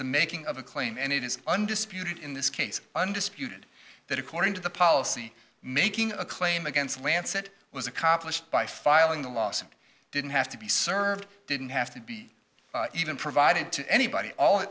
the making of a claim and it is undisputed in this case undisputed that according to the policy making a claim against lance it was accomplished by filing the lawsuit didn't have to be served didn't have to be even provided to anybody all